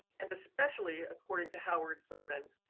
and especially, according to howard thurman,